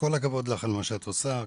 כל הכבוד לך על מה שאת עושה,